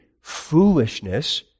Foolishness